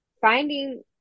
finding